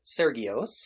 Sergios